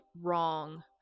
wrong